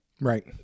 right